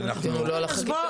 הדיון הוא לא על החקיקה.